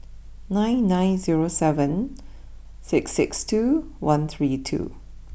nine nine zero seven six six two one three two